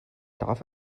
darf